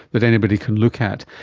that anybody can look at.